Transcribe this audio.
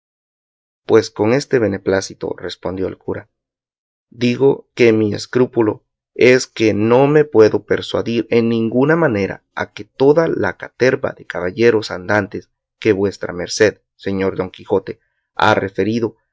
pues con ese beneplácito respondió el cura digo que mi escrúpulo es que no me puedo persuadir en ninguna manera a que toda la caterva de caballeros andantes que vuestra merced señor don quijote ha referido